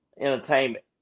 entertainment